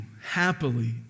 happily